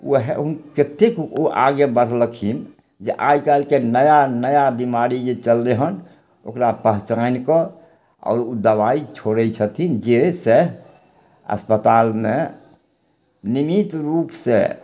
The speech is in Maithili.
ओ उहए कते ओ आगे बढ़लखिन जे आइ काल्हिके नया नया बीमारी जे चललइ हन ओकरा पहचानिके आओर उ दबाइ छोड़य छथिन जाहिसँ अस्पतालमे नियमित रूपसँ